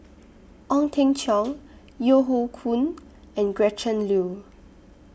Ong Teng Cheong Yeo Hoe Koon and Gretchen Liu